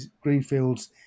Greenfields